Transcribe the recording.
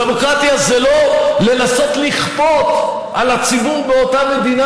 דמוקרטיה זה לא לנסות לכפות על הציבור באותה מדינה